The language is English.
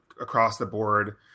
across-the-board